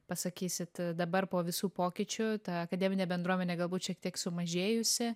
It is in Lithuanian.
pasakysit dabar po visų pokyčių ta akademinė bendruomenė galbūt šiek tiek sumažėjusi